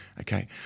Okay